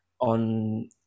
on